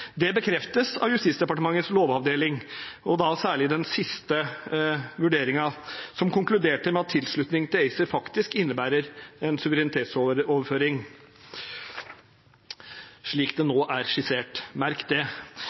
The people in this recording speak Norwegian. Det bekreftes av Justisdepartementets lovavdeling, og da særlig den siste vurderingen, som konkluderte med at tilslutning til ACER faktisk innebærer en suverenitetsoverføring – slik det nå er skissert. Merk det.